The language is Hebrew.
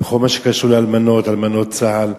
בכל מה שקשור לאלמנות, אלמנות צה"ל.